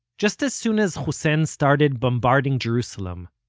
just as soon as hussein started bombarding jerusalem,